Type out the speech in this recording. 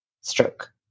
stroke